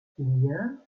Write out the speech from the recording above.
vier